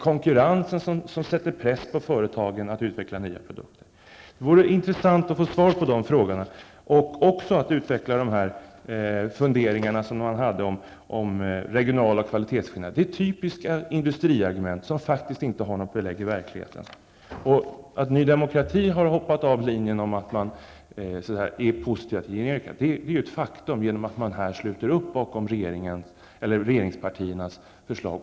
Konkurrensen sätter press på företagen att utveckla ny produkter. Det vore intressant att få svar på de här frågorna. Funderingarna angående regionala kvalitetsskillnader typiska industriargument, som faktiskt inte har något belägg i verkligen -- skulle jag också vilja få utvecklade. Att Ny Demokrati har hoppat av linjen att vara positiv till generika är ett faktum i och med att man här sluter upp bakom regeringspartiernas förslag.